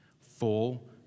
Full